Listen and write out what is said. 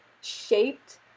shaped